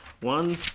One